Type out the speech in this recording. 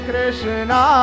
Krishna